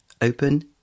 open